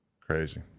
crazy